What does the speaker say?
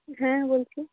হ্যাঁ বলছি